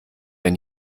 wenn